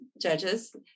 judges